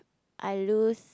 I lose